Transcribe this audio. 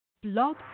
Blog